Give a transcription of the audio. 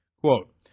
Quote